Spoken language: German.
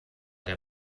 der